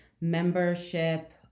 membership